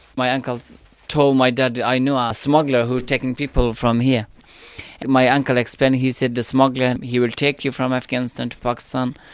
my uncle told my dad, i know a ah smuggler who's taken people from here. and my uncle explained, he said the smuggler, he will take you from afghanistan to pakistan,